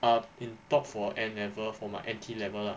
ah in top for N level for my N_T level lah